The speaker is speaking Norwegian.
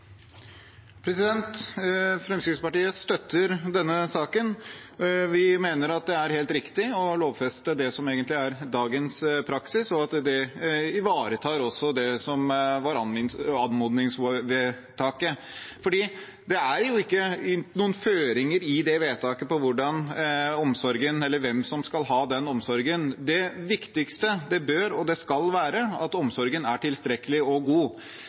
helt riktig å lovfeste det som egentlig er dagens praksis, og at det også ivaretar det som var anmodningsvedtaket. Det er ikke noen føringer i det vedtaket på hvem som skal ha den omsorgen. Det viktigste bør og skal være at omsorgen er tilstrekkelig og god.